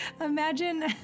Imagine